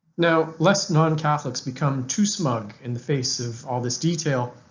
now lest non-catholics become too smug in the face of all this detail,